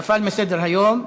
נפל מסדר-היום.